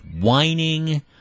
whining